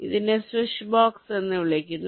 ഇതിനെ switch box എന്ന് വിളിക്കുന്നു